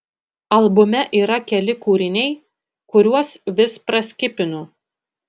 albume yra keli kūriniai kuriuos vis praskipinu